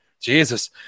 Jesus